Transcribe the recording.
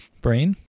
brain